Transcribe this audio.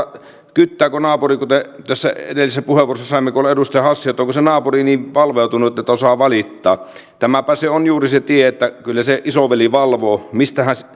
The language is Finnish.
kyttääkö naapuri kuten edellisessä puheenvuorossa saimme kuunnella edustaja hassia että onko se naapuri niin valveutunut että osaa valittaa tämäpä se on juuri se tie että kyllä se isoveli valvoo mistähän